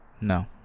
No